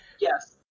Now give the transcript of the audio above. yes